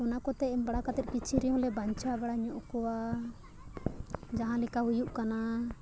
ᱚᱱᱟ ᱠᱚᱛᱮ ᱮᱢ ᱵᱟᱲᱟ ᱠᱟᱛᱮᱫ ᱠᱤᱪᱷᱩ ᱨᱮᱦᱚᱸ ᱞᱮ ᱵᱟᱧᱪᱟᱣ ᱵᱟᱲᱟ ᱧᱚᱜ ᱠᱚᱣᱟ ᱡᱟᱦᱟᱸ ᱞᱮᱠᱟ ᱦᱩᱭᱩᱜ ᱠᱟᱱᱟ